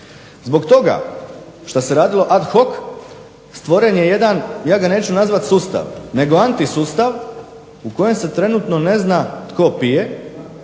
Zbog toga šta se radilo ad hoc stvoren je jedan ja ga neću nazvati sustav, nego anti sustav u kojem se trenutno ne zna tko pije,